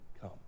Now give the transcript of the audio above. come